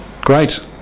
Great